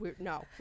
no